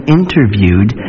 interviewed